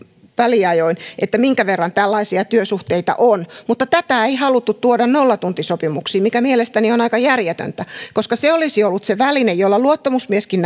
väliajoin minkä verran tällaisia työsuhteita on mutta tätä ei haluttu tuoda nollatuntisopimuksiin mikä mielestäni on aika järjetöntä koska se olisi ollut se väline jolla luottamusmieskin